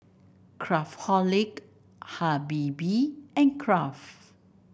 Craftholic Habibie and Kraft